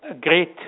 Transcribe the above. great